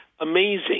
Amazing